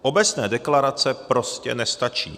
Obecné deklarace prostě nestačí.